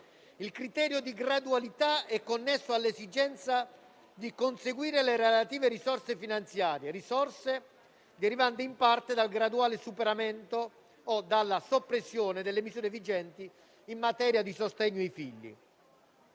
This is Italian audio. Il criterio di gradualità è connesso all'esigenza di conseguire le relative risorse finanziarie, derivanti in parte dal graduale superamento o dalla soppressione delle misure vigenti in materia di sostegno ai figli.